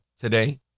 today